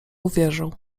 uwierzył